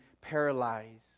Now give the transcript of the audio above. paralyzed